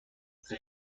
sie